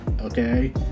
okay